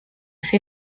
fer